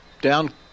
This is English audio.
down